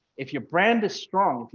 if your brand is strong,